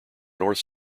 north